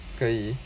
可以